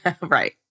Right